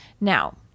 Now